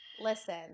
Listen